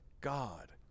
God